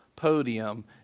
Podium